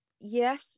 Yes